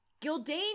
Gildane